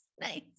Nice